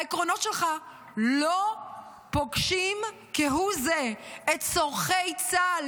העקרונות שלך לא פוגשים כהוא זה את צורכי צה"ל,